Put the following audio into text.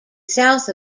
south